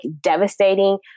devastating